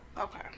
Okay